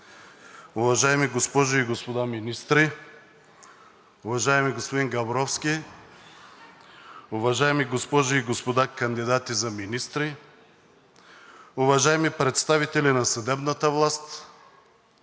уважаеми госпожи и господа министри, уважаеми господин Габровски, уважаеми госпожи и господа кандидати за министри, уважаеми председатели на съдебната власт,